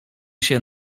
się